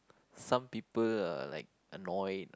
some people are like annoyed